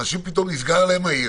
לאנשים פתאום נסגרה העיר,